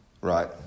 Right